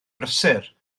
brysur